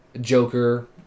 Joker